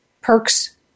perks